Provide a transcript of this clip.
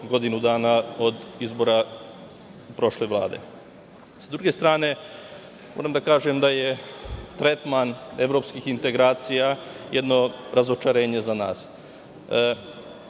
godinu dana, od izbora prošle Vlade.S druge strane, moram da kažem da je tretman evropskih integracija jedno razočarenje za nas.